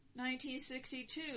1962